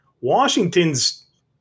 Washington's